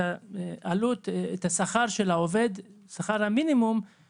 שכר המינימום של העובד,